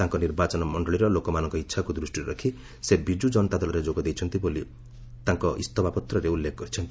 ତାଙ୍କ ନିର୍ବାଚନ ମଣ୍ଡଳୀର ଲୋକମାନଙ୍କ ଇଛାକୁ ଦୃଷ୍ଟିରେ ରଖି ସେ ବିଜୁ ଜନତା ଦଳରେ ଯୋଗ ଦେଇଛନ୍ତି ବୋଲି ଶ୍ରୀ ଦାସ ଇସ୍ତଫାପତ୍ରରେ ଉଲ୍ଲେଖ କରିଛନ୍ତି